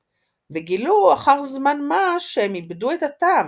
וגילו אחר זמן מה שהם איבדו את הטעם,